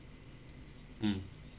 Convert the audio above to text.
mm